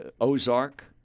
Ozark